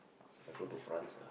I go to France lah